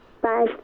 Bye